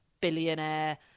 billionaire